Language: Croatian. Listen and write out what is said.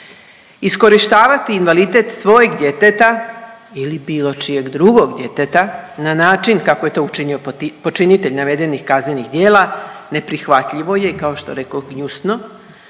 Iskorištavati invaliditet svojeg djeteta ili bilo čijeg drugog djeteta na način kako je to počinio počinitelj navedenih kaznenih djela neprihvatljivo je i kao što rekoh gnjusno